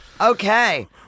Okay